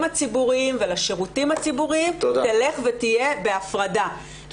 הציבוריים ולשירותים הציבוריים תלך ותהיה בהפרדה.